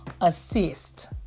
assist